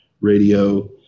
radio